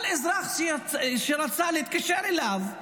כל אזרח שרצה להתקשר אליו,